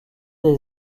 des